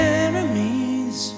enemies